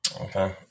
okay